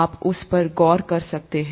आप उस पर गौर कर सकते हैं